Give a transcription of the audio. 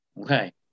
Okay